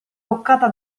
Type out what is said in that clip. boccata